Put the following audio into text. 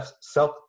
self